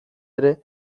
ere